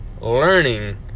learning